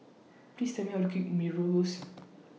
Please Tell Me How to Cake Mee Rebus